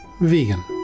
vegan